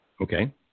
Okay